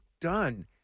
done